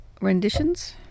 Renditions